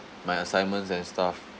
my assignments and stuff